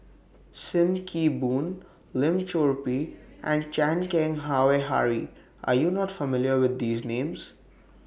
SIM Kee Boon Lim Chor Pee and Chan Keng Howe Harry Are YOU not familiar with These Names